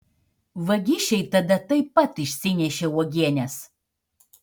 vagišiai tada taip pat išsinešė uogienes